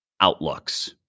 outlooks